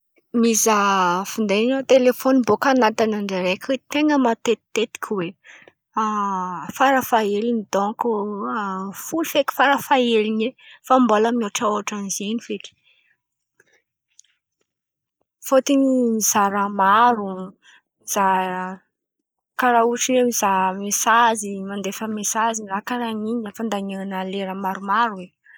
Mizaha finday na telefônina bôka anatin'andra araiky ten̈a matetitetiky oe. Farafahelin̈y donko folo feky farafahelin̈y fa mbola mihôtrahôtran'izen̈y feky fôtony mizaha raha maro karà otrany mizaha mesazy mandefa mesazy na karà in̈y fandanian̈a lera maromaro.